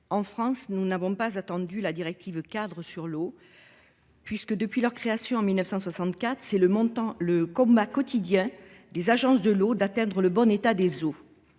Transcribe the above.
En France, nous n'avons pas attendu la directive-cadre sur l'eau, puisque, depuis leur création en 1964, le combat quotidien des agences de l'eau est d'assurer le bon état des eaux.